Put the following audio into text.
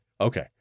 Okay